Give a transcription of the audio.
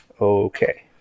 okay